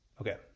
Okay